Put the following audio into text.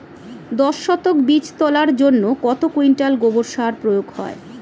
দশ শতক বীজ তলার জন্য কত কুইন্টাল গোবর সার প্রয়োগ হয়?